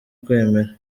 kwemera